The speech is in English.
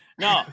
No